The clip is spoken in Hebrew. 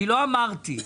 נכון.